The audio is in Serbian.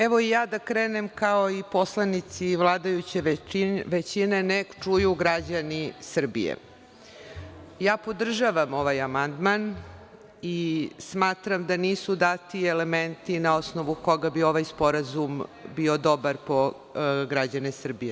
Evo i ja da krenem kao i poslanici vladajuće većine – neka čuju građani Srbije, ja podržavam ovaj amandman i smatram da nisu dati elementi na osnovu kojih bi ovaj sporazum bio dobar po građane Srbije.